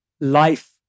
life